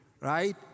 Right